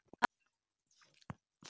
अमलिय मटियामेट के ठिक करे के का उपचार है?